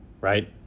right